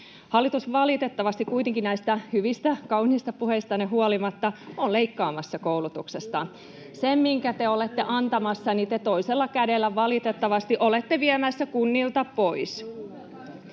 Hallitus valitettavasti kuitenkin näistä hyvistä, kauniista puheistanne huolimatta on leikkaamassa koulutuksesta. [Ben Zyskowicz: Eikä ole!] Sen, minkä te olette antamassa, te toisella kädellä valitettavasti olette viemässä kunnilta pois.